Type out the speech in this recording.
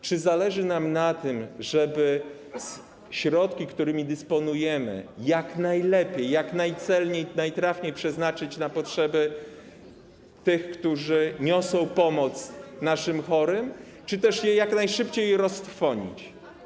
Czy zależy nam na tym, żeby środki, którymi dysponujemy, jak najlepiej, jak najcelniej, najtrafniej przeznaczyć na potrzeby tych, którzy niosą pomoc naszym chorym, czy też żeby je jak najszybciej roztrwonić?